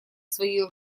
свои